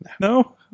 No